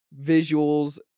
visuals